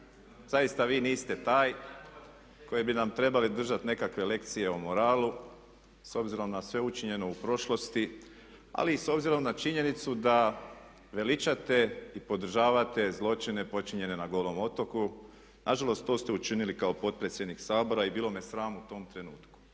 Zaista vi niste taj koji bi nam trebali držati nekakve lekcije o moralu s obzirom na sve učinjeno u prošlosti, ali i s obzirom na činjenicu da veličate i podržavate zločine počinjene na Golom otoku. Na žalost to ste učinili kao potpredsjednik Sabora i bilo me sram u tom trenutku.